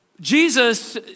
Jesus